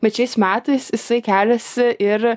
bet šiais metais jisai keliasi ir